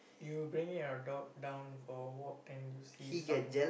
you bring your dog down for walk then you see some